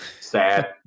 sad